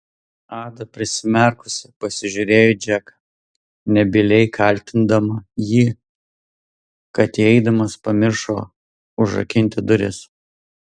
ada prisimerkusi pasižiūrėjo į džeką nebyliai kaltindama jį kad įeidamas pamiršo užrakinti duris